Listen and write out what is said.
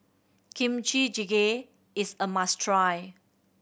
Kimchi Jjigae is a must try